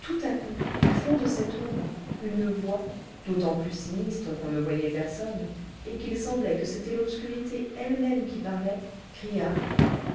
tout à coup du fond de cette ombre une voix d'autant plus sinistre qu'on ne voyait personne et qu'il semblait que c'était l'obscurité elle-même qui parlait cria